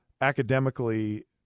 academically